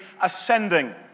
ascending